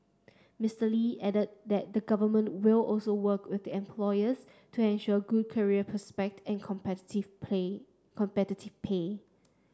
Mister Lee added that the Government will also work with employers to ensure good career prospect and play competitive pay